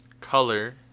color